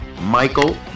Michael